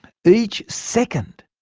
each second,